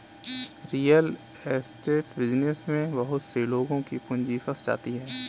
real estate business में बहुत से लोगों की पूंजी फंस जाती है